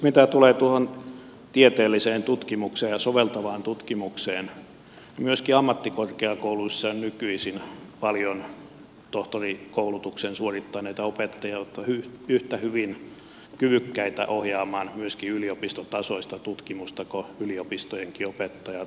mitä tulee tieteelliseen tutkimukseen ja soveltavaan tutkimukseen niin myöskin ammattikorkeakouluissa on nykyisin paljon tohtorikoulutuksen suorittaneita opettajia jotka ovat yhtä hyvin kyvykkäitä ohjaamaan myöskin yliopistotasoista tutkimusta kuin yliopistojenkin opettaja